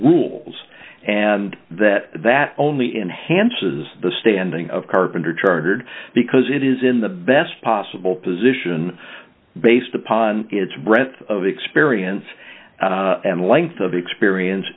rules and that that only enhances the standing of carpenter chartered because it is in the best possible position based upon its breadth of experience and length of experience